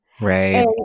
Right